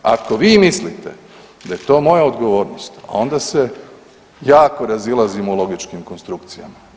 Ako vi mislite da je to moja odgovornost onda se jako razilazimo u logičkim konstrukcijama.